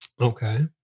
Okay